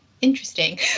interesting